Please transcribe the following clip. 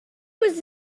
was